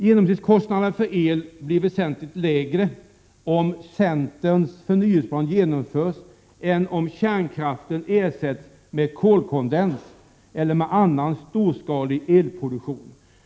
Genomsnittskostnaden för el blir väsentligt lägre, om centerns förnyelseplan genomförs än om kärnkraften ersätts med kolkondens eller med annan storskalig elproduktion.